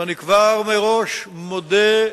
ואני כבר מראש מודה,